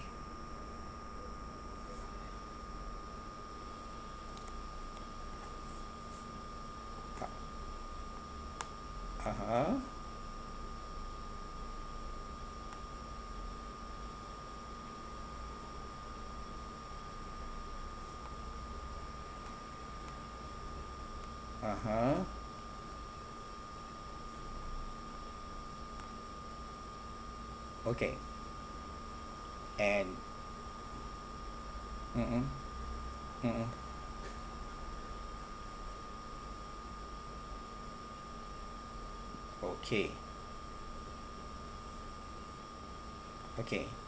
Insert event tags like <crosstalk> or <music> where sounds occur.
a~ (uh huh) (uh huh) okay and mmhmm mmhmm <laughs> okay okay